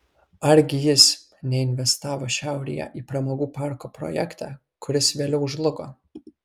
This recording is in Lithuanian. argi jis neinvestavo šiaurėje į pramogų parko projektą kuris vėliau žlugo